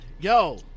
yo